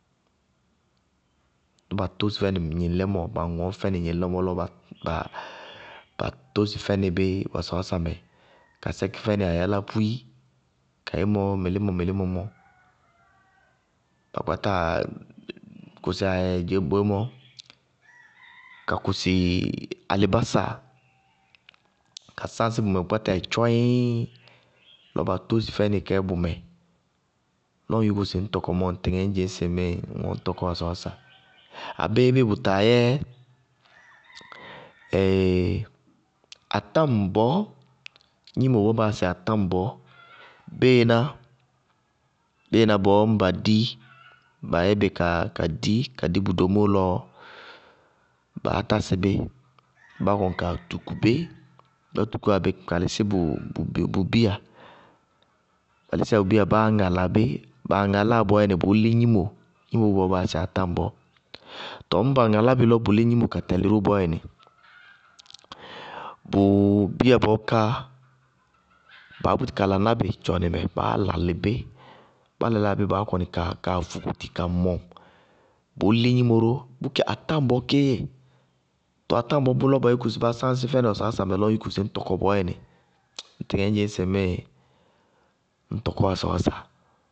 Ñŋ ba tósi fɛnɩ gnɩŋlɛmɔ, ba ŋɔñ fɛnɩ gnɩŋlɛmɔ lɔ na ba ba tósi fɛnɩ wasawása mɛ, la sɛkí fɛnɩ ayálápúí kayémɔ mɩlímɔ- mɩlímɔ mɔ, bá kpátáa kʋsɩ kodzémɔ, ka kʋsɩ alɩbása, ka sáñsí bʋmɛ bʋ yɛ tchɔyíññ! Lɔ ba tósi fɛnɩ kɛ bʋmɛ, lɔ ŋ yúku sɩ ñ tɔkɔ mɔɔ ŋmíɩ, ŋtɩtɩŋɛ ŋñ dzɩñ sɩ ŋ wɛ ŋñ tɔtɔ wasawása. Abéé bíɩ bʋtaa yɛ atáŋbɔɔ, gnimo bɔɔ baa yáa sɩ atáŋbɔɔ béená, béená bɔɔ ñŋ ba di, bayɛ bɩ kadi bʋ domóo lɔɔ, baá tásɩ bí báá kaa tuku bí, bá tukúwá bí ka lísí bʋ bíya, bá lísíyá bʋ bíya, báá ŋala bí, baa ŋalàa bɔɔyɛnɩ, bʋʋ lí gnimo, gnimo bɔɔ baa yáa sɩ atáŋbɔɔ. Tɔɔ ñŋ ba ŋalá bɩ lɔ bʋ lí gnimo ka tɛlɩ ró bɔɔyɛnɩ bɔɔkáa, baá búti ka laná bɩ tchɔnɩ mɛ, báá lalɩ bí, bá lalɩyá, báá kɔnɩ kaa fukuti ka mɔŋ, bʋʋ lí gnimo ró, bʋké atáŋbɔɔ bʋ kéé dzɛ. Tɔɔ atáŋbɔɔ bʋ lɔ ba yúku sɩ bá sáñsí fɛnɩ wasawása mɛ lɔ ŋ yúku sɩ ñ tɔkɔ bɔɔyɛnɩ, ŋtɩtɩŋɛ ŋñ dzɩñ sɩ ŋ tɔkɔ wasawása.